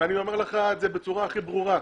ואני אומר לך את זה בצורה הכי ברורה: